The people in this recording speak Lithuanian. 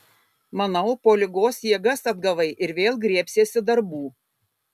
manau po ligos jėgas atgavai ir vėl griebsiesi darbų